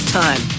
time